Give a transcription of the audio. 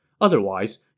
Otherwise